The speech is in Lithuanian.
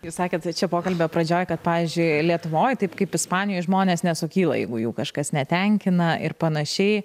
jūs sakėt kad čia pokalbio pradžioj kad pavyzdžiui lietuvoj taip kaip ispanijoj žmonės nesukyla jeigu jau kažkas netenkina ir panašiai